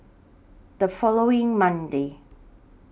The following Monday